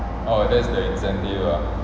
oh that's the incentive ah